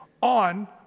on